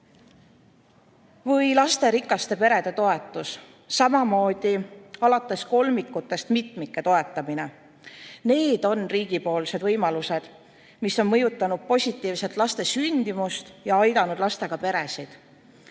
lasterikaste perede toetus ja alates kolmikutest mitmike toetamine. Need on riigipoolsed võimalused, mis on mõjutanud positiivselt sündimust ja aidanud lastega peresid.